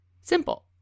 Simple